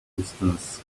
distance